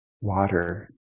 water